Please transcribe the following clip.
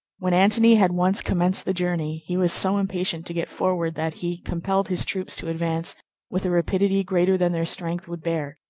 when antony had once commenced the journey, he was so impatient to get forward that he compelled his troops to advance with a rapidity greater than their strength would bear.